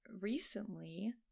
recently